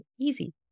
Easy